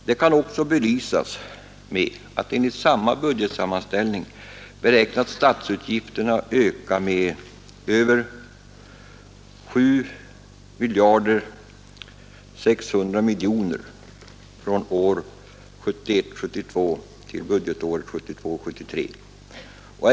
Det kan också belysas med att enligt samma budgetsammanställning beräknas statsutgifterna öka med över 7 600 miljoner kronor från budgetåret 1971 73.